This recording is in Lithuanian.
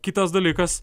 kitas dalykas